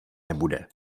nebude